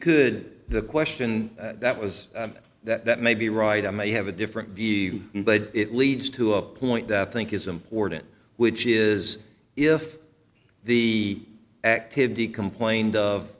could the question that was that may be right i may have a different view but it leads to a point that i think is important which is if the activity complained of